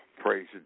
praise